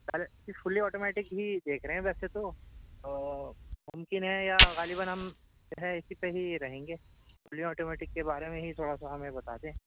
فلی automatic ہی دیکھ رہے ہیں ویسے تو ممکن ہے یا غالباً ہم جو ہیں اسی پہ ہی رہیں گے فلی آٹومیٹک کے بارے میں ہی تھوڑا سا ہمیں بتاتے